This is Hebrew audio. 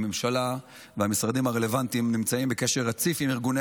הממשלה והמשרדים הרלוונטיים נמצאים בקשר רציף עם ארגוני